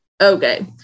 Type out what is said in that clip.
Okay